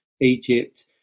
Egypt